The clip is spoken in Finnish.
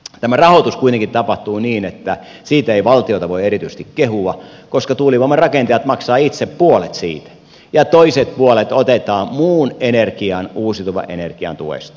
tämän rahoitus kuitenkin tapahtuu niin että siitä ei valtiota voi erityisesti kehua koska tuulivoiman rakentajat maksavat itse puolet siitä ja toiset puolet otetaan muun energian uusiutuvan energian tuesta